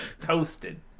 Toasted